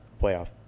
playoff